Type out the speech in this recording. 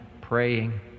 praying